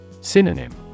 Synonym